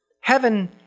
Heaven